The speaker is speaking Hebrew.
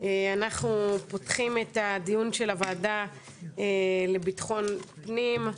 אנחנו פותחים את הדיון של הוועדה לביטחון הפנים.